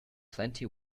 plenty